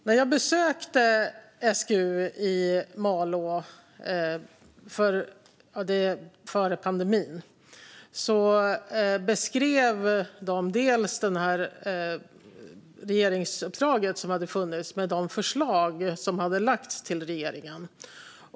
När jag besökte SGU i Malå före pandemin beskrev de bland annat regeringsuppdraget som de haft och de förslag som hade lagts fram för regeringen.